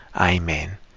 Amen